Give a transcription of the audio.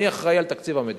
אני אחראי על תקציב המדינה,